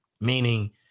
meaning